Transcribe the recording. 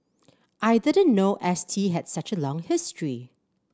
I didn't know S T has such a long history